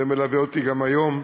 זה מלווה אותי גם היום.